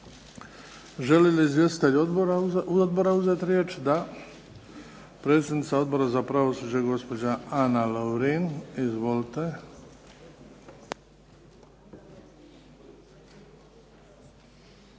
Želi li izvjestitelj odbora uzeti riječ? Da. Predsjednica Odbora za pravosuđe, gospođa Ana Lovrin. Izvolite.